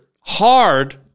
hard